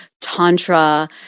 Tantra